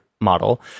model